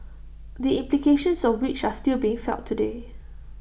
the implications of which are still being felt today